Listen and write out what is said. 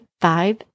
five